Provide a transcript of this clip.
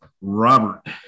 Robert